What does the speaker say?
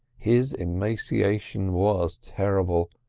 his emaciation was terrible,